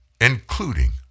including